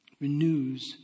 renews